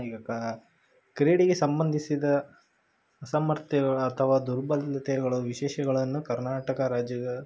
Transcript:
ಇವಾಗ ಕ್ರೀಡೆಗೆ ಸಂಬಂಧಿಸಿದ ಅಸಾಮರ್ಥ್ಯಗಳು ಅಥವಾ ದುರ್ಬಲತೆಗಳು ವಿಶೇಷಗಳನ್ನು ಕರ್ನಾಟಕ ರಾಜ್ಯದ